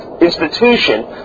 institution